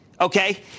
okay